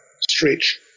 stretch